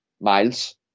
miles